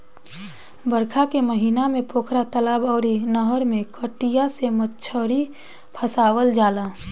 बरखा के महिना में पोखरा, तलाब अउरी नहर में कटिया से मछरी फसावल जाला